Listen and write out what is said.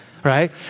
right